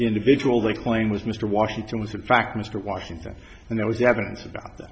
individual they claim was mr washington was of fact mr washington and there was evidence a